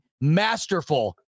masterful